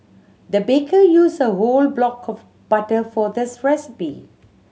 the baker used a whole block of butter for this recipe